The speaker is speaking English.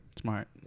Smart